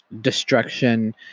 destruction